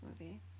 movie